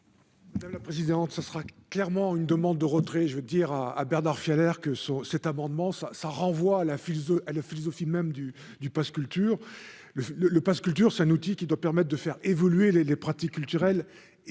La présidente, ce sera clairement une demande de retrait, je veux dire à à Bernard fier que ce cet amendement, ça renvoie à la file de à la philosophie même du du Pass culture le le le Pass culture, c'est un outil qui doit permettre de faire évoluer les pratiques culturelles